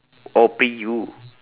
oh pre U